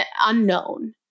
unknown